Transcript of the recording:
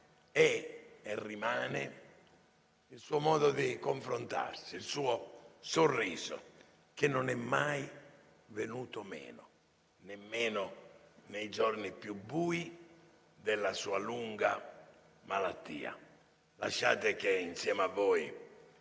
e rimane il suo modo di confrontarsi; il suo sorriso, che non è mai venuto meno, nemmeno nei giorni più bui della sua lunga malattia.